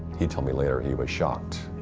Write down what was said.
he told me later he was shocked,